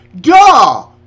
Duh